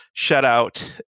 shutout